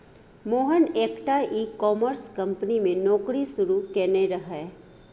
मोहन एकटा e commerce company मे नौकरी शुरू केने रहय